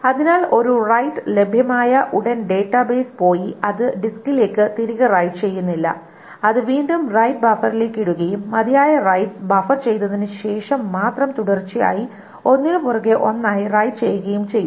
അതിനാൽ ഒരു റൈറ്റ് ലഭ്യമായ ഉടൻ ഡാറ്റാബേസ് പോയി അത് ഡിസ്കിലേക്ക് തിരികെ റൈറ്റ് ചെയ്യുന്നില്ല അത് വീണ്ടും റൈറ്റ് ബഫറിലേക്ക് ഇടുകയും മതിയായ റൈറ്റ്സ് ബഫർ ചെയ്തതിനുശേഷം മാത്രം തുടർച്ചയായി ഒന്നിനുപുറകെ ഒന്നായി റൈറ്റ് ചെയ്യുകയും ചെയ്യുന്നു